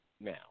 now